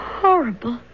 horrible